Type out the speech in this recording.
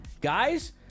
Guys